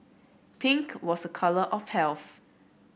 pink was a colour of health